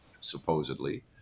supposedly